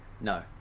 No